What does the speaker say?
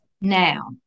now